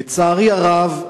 לצערי הרב,